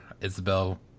Isabel